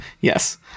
yes